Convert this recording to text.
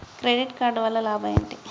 Credit card వల్ల లాభం ఏంటి?